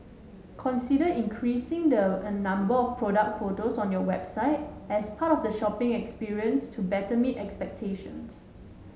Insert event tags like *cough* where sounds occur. consider increasing the *unintelligible* number of product photos on your website as part of the shopping experience to better meet expectations